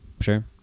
Sure